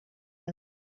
him